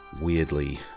weirdly